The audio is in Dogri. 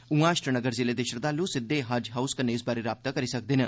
ऊआं श्रीनगर ज़िले दे श्रद्दालु सिद्दे हज हाउस कन्नै इस बारै राबता करी सकदे न